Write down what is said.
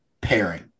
pairing